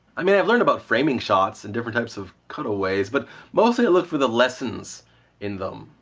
i mean, i've learned about framing shots and different types of cutaways, but mostly i look for the lessons in them.